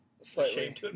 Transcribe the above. slightly